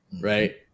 Right